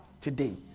today